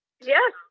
Yes